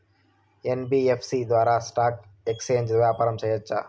NBFC ద్వారా stock exchange వ్యాపారం సేయొచ్చా?